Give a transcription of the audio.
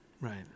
Right